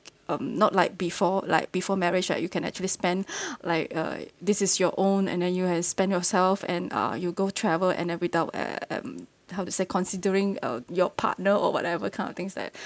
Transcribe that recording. um not like before like before marriage right you can actually spend like uh this is your own and then you can spend yourself and uh you go travel and then without uh um how to say considering uh your partner or whatever kind of things that